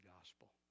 gospel